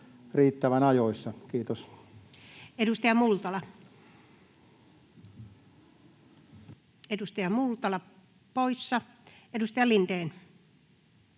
riittävän ajoissa. — Kiitos. Edustaja Multala poissa. — Edustaja Lindén.